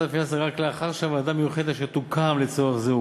הפיננסי רק לאחר שוועדה מיוחדת שתוקם לצורך זה,